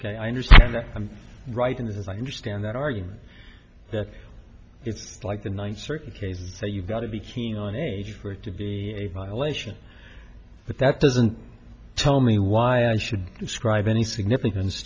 ok i understand that i'm writing this as i understand that argument that it's like the ninth circuit case so you've got to be keen on age for it to be a violation but that doesn't tell me why i should describe any significance